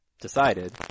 decided